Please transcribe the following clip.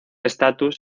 estatus